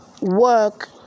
work